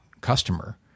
customer